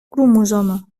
cromosoma